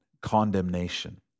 condemnation